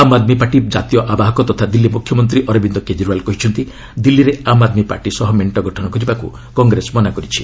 ଆମ୍ Aadmi Party କାତୀୟ ଆବାହକ ତଥା ଦିଲ୍ଲୀ ମୁଖ୍ୟମନ୍ତ୍ରୀ ଅରବିନ୍ଦ୍ କେଜରିଓ୍ବାଲ୍ କହିଛନ୍ତି ଦିଲ୍ଲୀରେ ଆମ୍ ଆଦ୍ମୀ ପାର୍ଟି ସହ ମେଣ୍ଟ ଗଠନ କରିବାକୁ କଂଗ୍ରେସ ମନା କରିଛି